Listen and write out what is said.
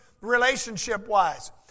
relationship-wise